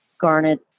Garnet